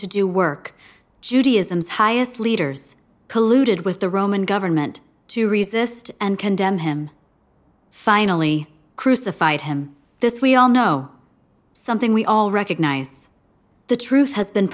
to do work judaism's highest leaders colluded with the roman government to resist and condemn him finally crucified him this we all know something we all recognize the truth has been